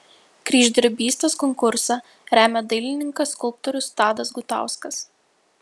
kryždirbystės konkursą remia dailininkas skulptorius tadas gutauskas